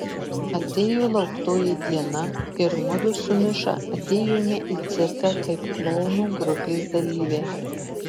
atėjo lauktoji diena ir mudu su miša atėjome į cirką kaip klounų grupės dalyviai